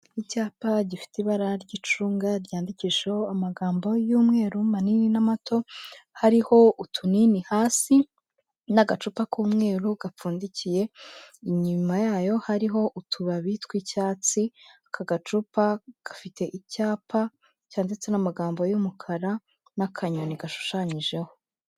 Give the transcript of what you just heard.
Icyapa gifite ibara ry'icunga ryandikishaho amagambo y'umweru manini n'amato hariho utunini hasi n'agacupa k'umweru gapfundikiye, inyuma yayo hariho utubabi tw'icyatsi aka gacupa gafite icyapa cyanditse n'amagambo y'umukara n'akanyoni gashushanyijeho.